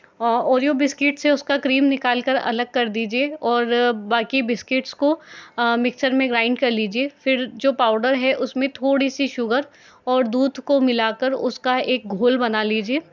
Oreo biscuit से उसका cream निकालकर अलग कर दीजिए और बाकी बिस्किट को मिक्सर में ग्राइंड कर लीजिए फिर जो पाउडर है उसमें थोड़ी सी शुगर और दूध को मिलाकर उसका एक घोल बना लीजिए